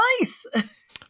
nice